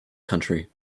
country